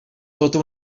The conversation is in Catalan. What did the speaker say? tota